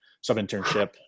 sub-internship